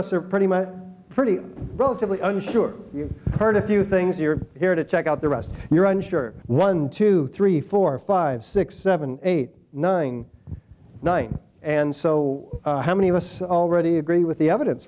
us are pretty much pretty relatively unsure you heard a few things you're here to check out the rest you're on sure one two three four five six seven eight nine nine and so how many of us already agree with the evidence